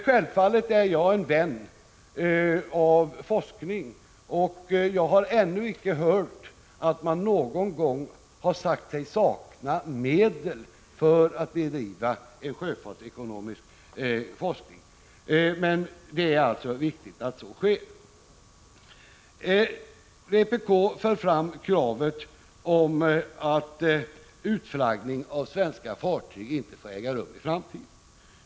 Självfallet är jag en vän av forskning och jag har ännu icke hört att man någon gång har sagt sig sakna medel för att bedriva sjöfartsekonomisk forskning. Denna forskning är alltså viktig. Vpk för fram kravet att utflaggning av svenska fartyg inte skall få äga rum i framtiden.